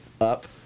up